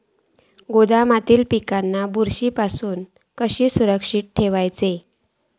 गोदामातल्या पिकाक बुरशी पासून कसा सुरक्षित ठेऊचा?